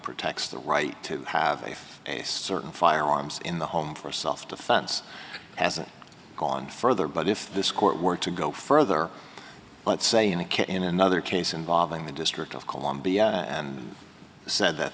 protects the right to have a certain firearms in the home for self defense hasn't gone further but if this court were to go further let's say in a kick in another case involving the district of columbia and said that